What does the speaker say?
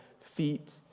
feet